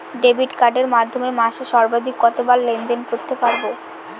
Debit কার্ডের মাধ্যমে মাসে সর্বাধিক কতবার লেনদেন করতে পারবো?